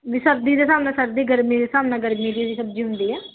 ਵੀ ਸਰਦੀ ਦੇ ਹਿਸਾਬ ਨਾਲ ਸਰਦੀ ਗਰਮੀ ਦੇ ਹਿਸਾਬ ਨਾਲ ਗਰਮੀ ਦੀ ਵੀ ਸਬਜ਼ੀ ਹੁੰਦੀ ਆ